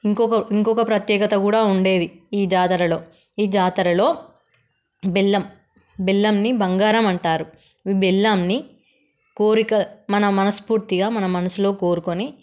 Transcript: ఇంకొక ఇంకొక ప్రత్యేకత కూడా ఉండేది ఈ జాతరలో ఈ జాతరలో బెల్లం బెల్లంని బంగారం అంటారు ఈ బెల్లంని కోరిక మన మనస్పూర్తిగా మన మనసులో కోరుకొని